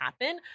happen